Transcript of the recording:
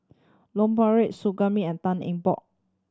Loh Su Guaning and Tan Eng Bock